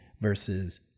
versus